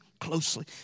closely